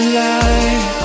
light